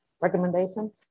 recommendation